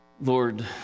Lord